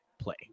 play